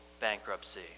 bankruptcy